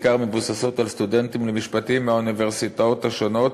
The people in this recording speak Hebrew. שבעיקר מבוססות על סטודנטים למשפטים מהאוניברסיטאות השונות,